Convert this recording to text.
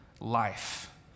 life